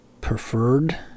Preferred